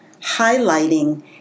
highlighting